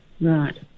Right